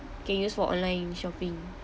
can use for online shopping